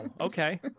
Okay